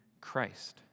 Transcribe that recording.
Christ